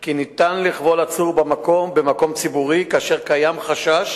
כי ניתן לכבול עצור במקום ציבורי כאשר קיים חשש